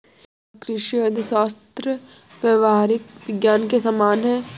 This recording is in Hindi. क्या कृषि अर्थशास्त्र व्यावहारिक विज्ञान के समान है?